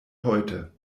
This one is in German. heute